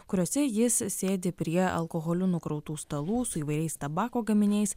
kuriose jis sėdi prie alkoholiu nukrautų stalų su įvairiais tabako gaminiais